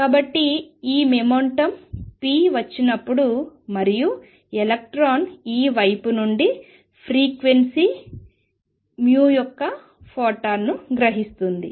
కాబట్టి ఈ momentum p వచ్చినప్పుడు మరియు ఎలక్ట్రాన్ ఈ వైపు నుండి ఫ్రీక్వెన్సీ మ్యూ యొక్క ఫోటాన్ను గ్రహిస్తుంది